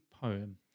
poem